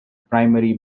primary